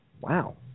Wow